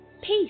Peace